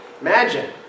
Imagine